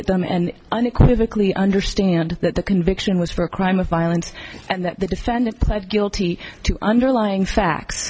at them and unequivocally understand that the conviction was for a crime of violence and that the defendant pled guilty to underlying facts